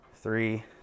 three